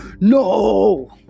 no